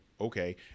okay